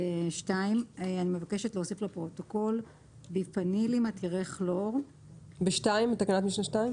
אבקש מהפרוטוקול להוסיף לתקנת משנה (2)